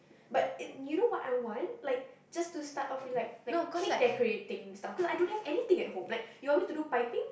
but it you know what I want like just to start off with like like cake decorating stuff cause I don't have anything at home like you want me to do piping